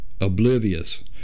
oblivious